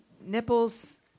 nipples